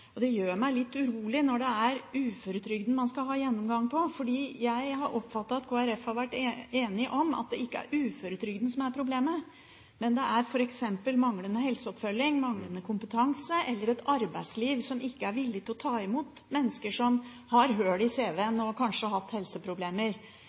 på. Det gjør meg litt urolig når det er uføretrygden man skal ha en gjennomgang av, for jeg har oppfattet at Kristelig Folkeparti har vært enig i at det ikke er uføretrygden som er problemet – det er f.eks. manglende helseoppfølging, manglende kompetanse eller et arbeidsliv som ikke er villig til å ta imot mennesker som har hull i